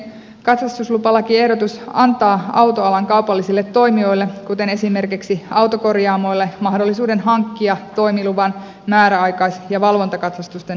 katsastuslupalakiehdotus antaa autoalan kaupallisille toimijoille kuten esimerkiksi autokorjaamoille mahdollisuuden hankkia toimiluvan määräaikais ja valvontakatsastusten suorittamiseen